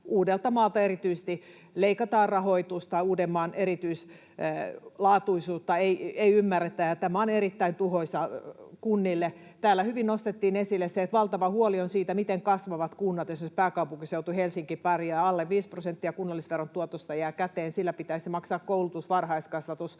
Uudeltamaalta leikataan rahoitusta. Uudenmaan erityislaatuisuutta ei ymmärretä, ja tämä on erittäin tuhoisaa kunnille. Täällä nostettiin hyvin esille se, että valtava huoli on siitä, miten kasvavat kunnat, esimerkiksi pääkaupunkiseutu, Helsinki, pärjäävät. Alle viisi prosenttia kunnallisveron tuotosta jää käteen. Sillä pitäisi maksaa koulutus, varhaiskasvatus.